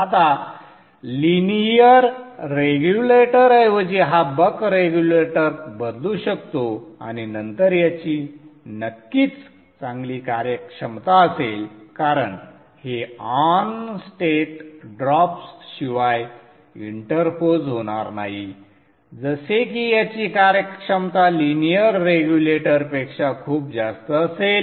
आता linear regulator ऐवजी हा बक रेग्युलेटर बदलू शकतो आणि नंतर याची नक्कीच चांगली कार्यक्षमता असेल कारण हे ऑन स्टेट ड्रॉप्स शिवाय इंटरपोज होणार नाही जसे की याची कार्यक्षमता लिनियर रेग्युलेटरपेक्षा खूप जास्त असेल